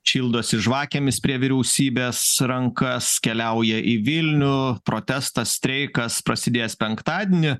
šildosi žvakėmis prie vyriausybės rankas keliauja į vilnių protestas streikas prasidės penktadienį